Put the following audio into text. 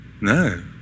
No